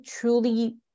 truly